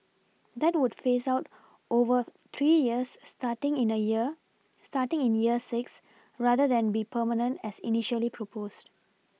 that would phase out over three years starting in the year starting in year six rather than be permanent as initially proposed